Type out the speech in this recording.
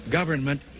government